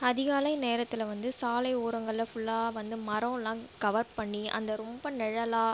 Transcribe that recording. அதிகாலை நேரத்தில் வந்து சாலை ஓரங்களில் ஃபுல்லாக வந்து மரம்லா கவர் பண்ணி அந்த ரொம்ப நிழலா